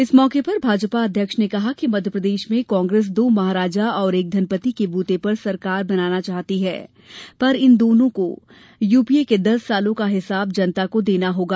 इस मौके पर भाजपा अध्यक्ष ने कहा कि मध्यप्रदेश में कांग्रेस दो महराजा और एक धनपति के बूते पर सरकार बनाना चाहती है पर इन नेताओं को यूपीए के दस सालों का हिसाब जनता को देना होगा